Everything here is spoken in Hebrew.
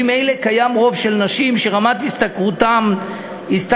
אלה קיים רוב של נשים שרמת השתכרותן נמוכה